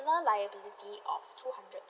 liability of two hundred thousand